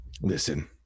listen